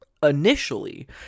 initially